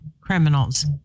criminals